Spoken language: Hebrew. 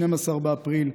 12 באפריל,